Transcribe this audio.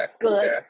good